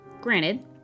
Granted